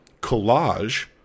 collage